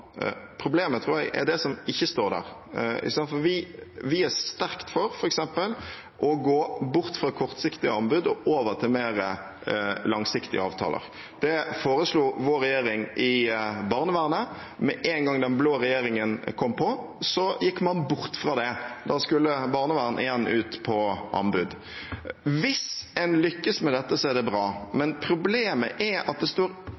Problemet, tror jeg, er det som ikke står der. For vi er f.eks. sterkt for å gå bort fra kortsiktige anbud og over til mer langsiktige avtaler. Det foreslo vår regjering for barnevernet. Men med en gang den blå regjeringen kom på, gikk man bort fra det. Da skulle barnevern igjen ut på anbud. Hvis en lykkes med dette, er det bra, men problemet er at det